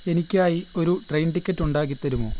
എനിക്കായി ഒരു train ticket ഉണ്ടാക്കി തരുമോ